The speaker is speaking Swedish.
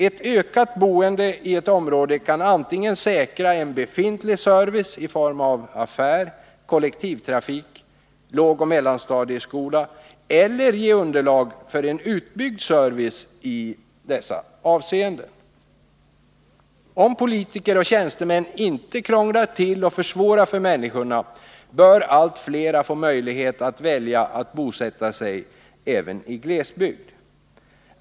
Ett ökat boende i ett område kan antingen säkra en befintlig service i form av affär, kollektivtrafik, lågoch mellanstadieskola eller ge underlag för en utbyggd service i dessa avseenden. Om politiker och tjänstemän inte krånglar till och försvårar för människorna, bör allt flera få möjlighet att välja att bosätta sig även i glesbygd.